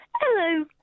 Hello